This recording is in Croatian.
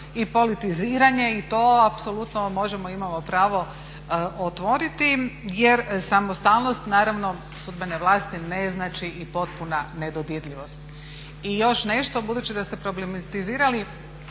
i politiziranje. I to apsolutno možemo i imamo pravo otvoriti jer samostalnost naravno sudbene vlasti ne znači i potpuna nedodirljivost. I još nešto, budući da ste problematizirali